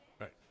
Right